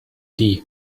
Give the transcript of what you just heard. die